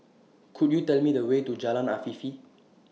Could YOU Tell Me The Way to Jalan Afifi